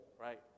right